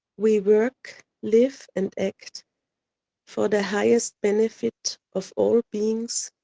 we work, live and act for the highest benefit of all beings,